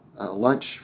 lunch